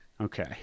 Okay